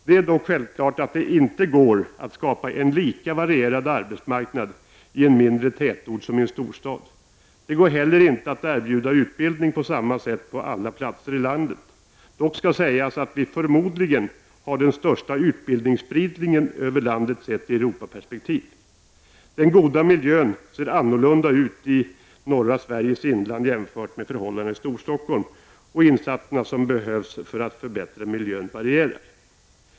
Det är dock självklart att det inte går att skapa en lika varierad arbetsmarknad i en mindre tätort som i en storstad. Det går heller inte att erbjuda utbildning på samma sätt på alla platser i landet. Dock skall sägas att vi för modligen har den största utbildningsspridningen över landet sett i Europaperspektiv. Den goda miljön ser ut på ett annat sätt i norra Sveriges inland än i Storstockholm, och insatserna som behövs för att förbättra miljön varierar.